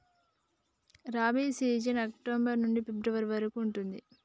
rabi season October నుంచి February వరకు ఉంటది